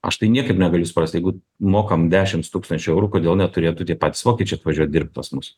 aš tai niekaip negaliu suprast jeigu mokam dešims tūkstančių eurų kodėl neturėtų tie patys vokiečiai važiuot dirbt pas mus